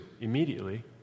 immediately